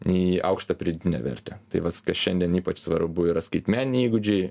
į aukštą pridėtinę vertę tai vat kas šiandien ypač svarbu yra skaitmeniniai įgūdžiai